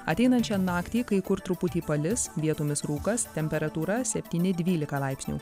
ateinančią naktį kai kur truputį palis vietomis rūkas temperatūra septyni dvylika laipsnių